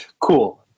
cool